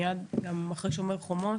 גם מיד אחרי שומר חומות.